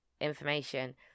information